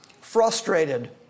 frustrated